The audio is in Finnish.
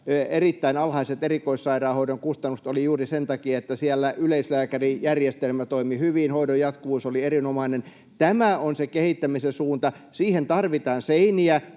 sellainen, jossa erikoissairaanhoidon kustannukset olivat erittäin alhaiset juuri sen takia, että siellä yleislääkärijärjestelmä toimi hyvin, hoidon jatkuvuus oli erinomainen. Tämä on se kehittämisen suunta. Siihen tarvitaan seiniä,